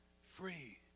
Free